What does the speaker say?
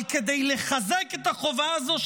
אבל כדי לחזק את החובה הזאת,